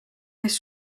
kes